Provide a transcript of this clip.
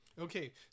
Okay